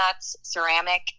Ceramic